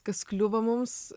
kas kliuvo mums